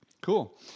Cool